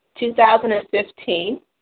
2015